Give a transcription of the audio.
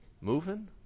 moving